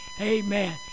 Amen